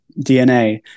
DNA